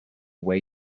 way